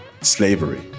slavery